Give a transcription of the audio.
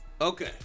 Okay